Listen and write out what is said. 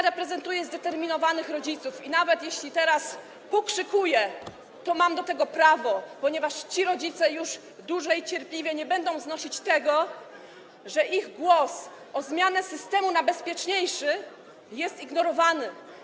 Reprezentuję zdeterminowanych rodziców i nawet jeśli teraz pokrzykuję, to mam do tego prawo, ponieważ ci rodzice już dłużej nie będą cierpliwie znosić tego, że ich głos co do zmiany systemu na bezpieczniejszy jest ignorowany.